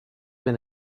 been